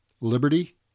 liberty